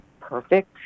perfect